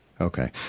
Okay